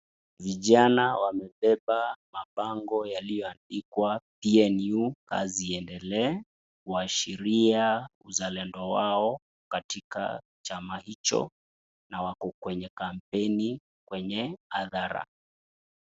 Vijana wamebeba mabango yaliyoandikwa "PNU, kazi iendelee", kuashiria uzalendo wao katika chama hicho na wako kwenye kampeni kwenye hadhara.